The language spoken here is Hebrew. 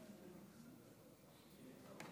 חבורה, הפסדתם.